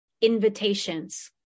invitations